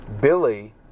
Billy